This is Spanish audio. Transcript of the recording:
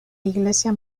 iglesia